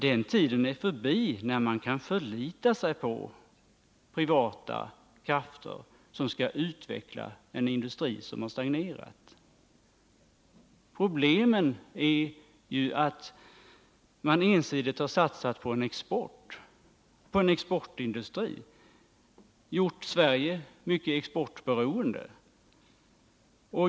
Den tiden är förbi då man kan förlita sig på privata krafter som skall utveckla en industri som har stagnerat. Problemet är ju att man ensidigt satsat på exportindustrin och därmed gjort Sverige mycket exportberoende.